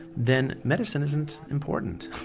then medicine isn't important,